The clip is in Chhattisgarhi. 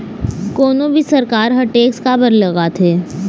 कोनो भी सरकार ह टेक्स काबर लगाथे?